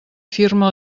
firma